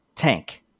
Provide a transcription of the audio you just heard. Tank